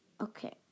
Okay